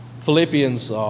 Philippians